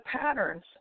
patterns